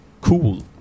cool